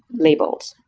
labels,